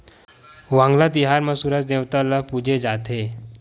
वांगला तिहार म सूरज देवता ल पूजे जाथे